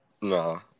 No